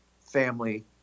family